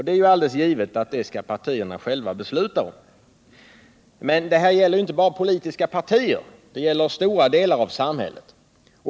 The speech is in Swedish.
Det är givet att partierna själva skall besluta om det, men problemet gäller ju inte bara politiska partier — det gäller stora delar av samhället.